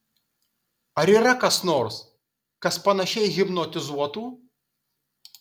ar yra kas nors kas panašiai hipnotizuotų